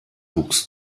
wuchs